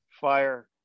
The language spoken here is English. fire